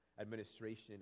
administration